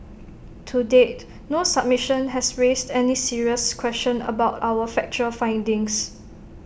to date no submission has raised any serious question about our factual findings